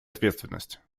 ответственность